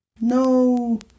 no